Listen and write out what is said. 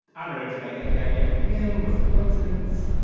i don't know, did i get the idea from him? was it coincidence?